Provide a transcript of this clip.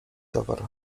towar